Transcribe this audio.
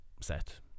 set